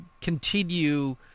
continue—